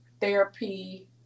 therapy